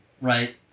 right